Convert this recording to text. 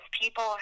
people